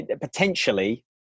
potentially